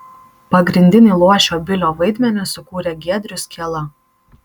pagrindinį luošio bilio vaidmenį sukūrė giedrius kiela